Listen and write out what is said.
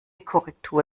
korrektur